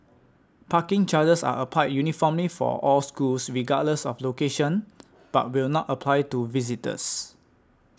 parking charges are applied uniformly for all schools regardless of location but will not apply to visitors